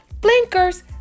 blinkers